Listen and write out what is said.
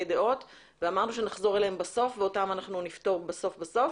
דעות ואמרנו שנחזור אליהם ואותם אנחנו נפתור בסוף בסוף,